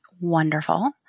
wonderful